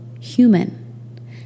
human